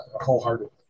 wholeheartedly